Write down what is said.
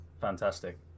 fantastic